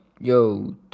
yo